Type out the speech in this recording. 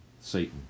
Satan